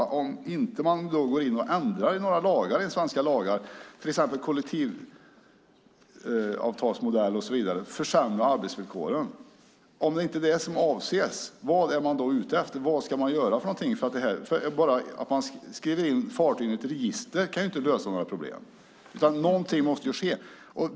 Om man inte avser att gå in och ändra i några svenska lagar, till exempel kollektivavtalsmodeller och så vidare och försämra arbetsvillkoren, vad är man då ute efter? Vad ska man göra för något? Att enbart skriva in fartyget i registret kan ju inte lösa några problem. Någonting måste ske.